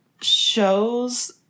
shows